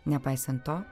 nepaisant to